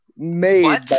Made